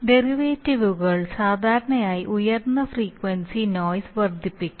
ഡെറിവേറ്റീവുകൾ സാധാരണയായി ഉയർന്ന ഫ്രീക്വൻസി നോയിസ് വർദ്ധിപ്പിക്കും